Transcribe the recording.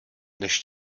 než